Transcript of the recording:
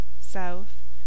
south